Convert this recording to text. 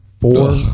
Four